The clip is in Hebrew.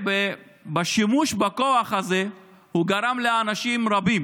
ובשימוש בכוח הזה, הוא גרם לאנשים רבים